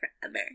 forever